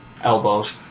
elbows